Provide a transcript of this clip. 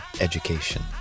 education